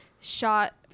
shot